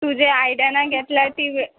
तुजें आयड्यान घेतल्यार ती वे